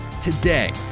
today